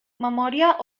memòria